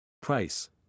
Price